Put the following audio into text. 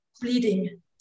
bleeding